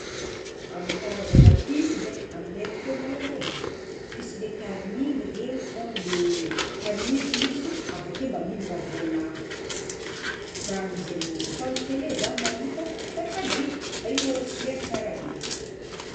Amin'ny karazagna piso ndraiky aminay tô malôha e piso le tariminy regny fôgna tarimizina izy avakeo mba mihignagna voalavo, zany izy aminay tô fa amy tele zah mahita saka dia fa igny malôha tsy aiko tsara be kny.